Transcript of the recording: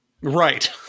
Right